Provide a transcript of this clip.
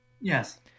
Yes